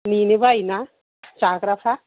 नेनो बायो ना जाग्राफ्रा